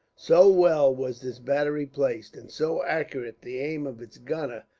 so well was this battery placed, and so accurate the aim of its gunner,